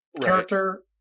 character